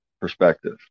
perspective